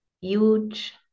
huge